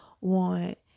want